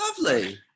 Lovely